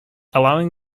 allowing